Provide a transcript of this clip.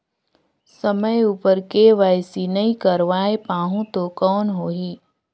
समय उपर के.वाई.सी नइ करवाय पाहुं तो कौन होही?